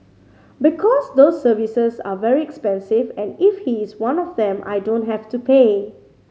because those services are very expensive and if he is one of them I don't have to pay